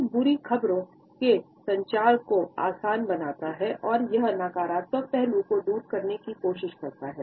यह बुरी खबरों के संचार को आसान बनाता है और यह नकारात्मक पहलू को दूर करने की कोशिश करता है